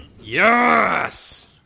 Yes